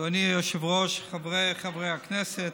אדוני היושב-ראש, חבריי חברי הכנסת,